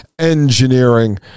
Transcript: engineering